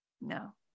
no